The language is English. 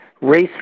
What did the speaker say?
race